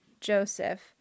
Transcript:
Joseph